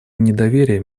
недоверия